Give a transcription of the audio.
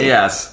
Yes